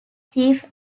chief